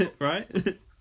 Right